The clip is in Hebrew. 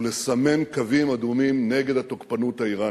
ולסמן קווים אדומים נגד התוקפנות האירנית.